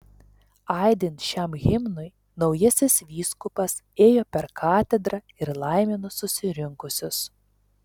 aidint šiam himnui naujasis vyskupas ėjo per katedrą ir laimino susirinkusius